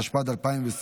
התשפ"ד 2023,